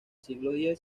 siglo